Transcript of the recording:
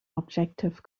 objective